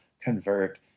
convert